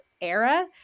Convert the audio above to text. era